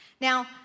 Now